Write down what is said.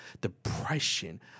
depression